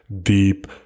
deep